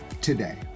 today